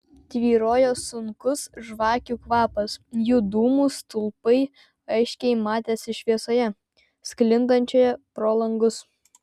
tvyrojo sunkus žvakių kvapas jų dūmų stulpai aiškiai matėsi šviesoje sklindančioje pro langus